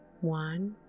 One